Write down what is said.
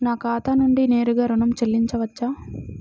నా ఖాతా నుండి నేరుగా ఋణం చెల్లించవచ్చా?